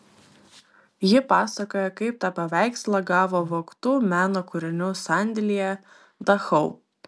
ji pasakoja kaip tą paveikslą gavo vogtų meno kūrinių sandėlyje dachau